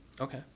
Okay